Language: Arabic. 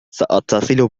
سأتصل